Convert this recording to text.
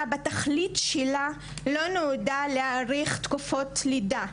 בתכלית שלה לא נועדה להאריך תקופות לידה.